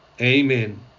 Amen